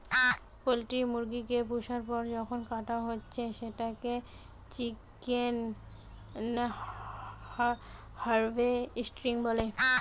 poultry মুরগি কে পুষার পর যখন কাটা হচ্ছে সেটাকে চিকেন হার্ভেস্টিং বলে